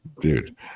Dude